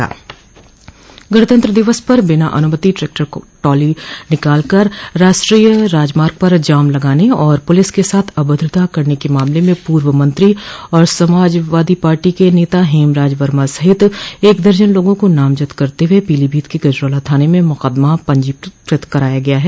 गणतंत्र दिवस पर बिना अनुमति ट्रैक्टर ट्राली निकाल कर राष्ट्रीय राजमार्ग पर जाम लगाने और पुलिस के साथ अभद्रता करने के मामले में पूर्व मंत्री व समाजवादी पार्टी के नेता हेमराज वर्मा सहित एक दर्जन लोगों को नामजद करते हुए पीलीभीत के गजरौला थाने में मुकदमा पंजीकृत कराया गया है